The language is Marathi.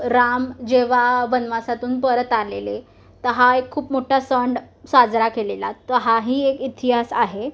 राम जेव्हा वनवासातून परत आलेले तर हा एक खूप मोठा सण साजरा केलेला त हाही एक इतिहास आहे